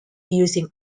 using